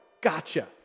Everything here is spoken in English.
gotcha